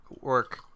work